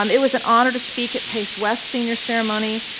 um it was an honor to speak at pace west senior ceremony.